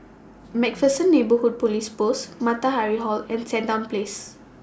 MacPherson Neighbourhood Police Post Matahari Hall and Sandown Place